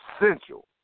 essential